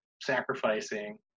sacrificing